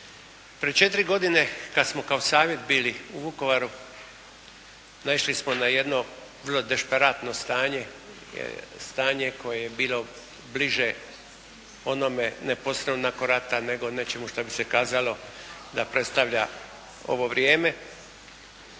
Prije četiri godine kad smo kao savjet bili u Vukovaru naišli smo na jedno vrlo dešperatno stanje, stanje koje je bilo bliže onome ne posredno poslije rata, nego nečemu što bi se kazalo da predstavlja ovo vrijeme.